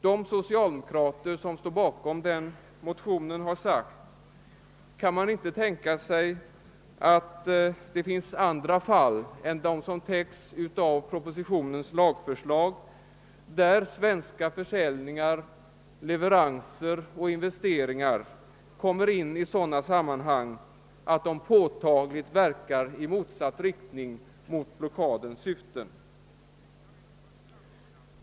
De socialdemokrater som står bakom den motionen har sagt: Kan det inte tänkas andra fall än de som täcks av propositionens lagförslag, där svenska försäljningar, leveranser och investeringar kommer in i sådana sammanhang att de påtagligt verkar i motsatt riktning mot blockadens syfte?